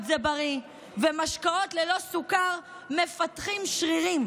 זה בריא ומשקאות ללא סוכר מפתחים שרירים.